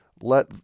let